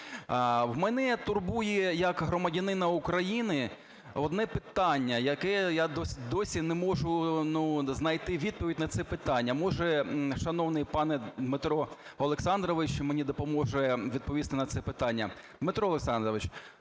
Мене турбує, як громадянина України, одне питання, на яке я досі не можу знайти відповідь на це питання. Може, шановний пане Дмитро Олександрович мені допоможе відповісти на це питання. Дмитро Олександрович,